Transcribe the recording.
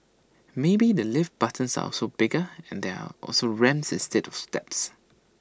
maybe the lift buttons are also bigger and there are also ramps instead of steps